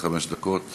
עד חמש דקות.